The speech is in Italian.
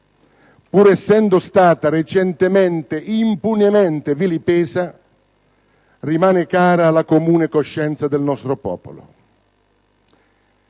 pur essendo stata recentemente impunemente vilipesa, rimane cara alla comune coscienza del nostro popolo.